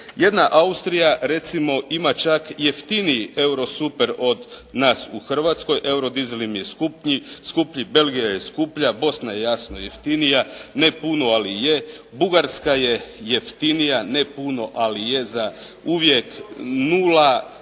Jedna Austrija recimo ima čak jeftiniji eurosuper od nas u Hrvatskoj, eurodizel im je skuplji. Belgija je skuplja, Bosna je jasno jeftinija, ne puno ali je. Bugarska je jeftinija, ne puno ali je za 008 tih